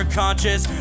conscious